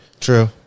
True